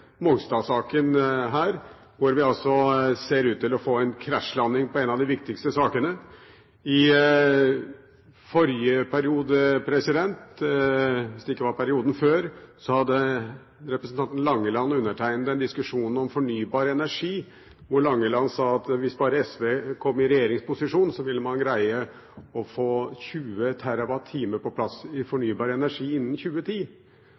Mongstad-saken her, hvor vi altså ser ut til å få en krasjlanding på en av de viktigste sakene. I forrige periode, hvis det ikke var perioden før, hadde representanten Langeland og jeg en diskusjon om fornybar energi, der Langeland sa at hvis bare SV kom i regjeringsposisjon, ville man greie å få 20 TWh fornybar energi på plass innen 2010.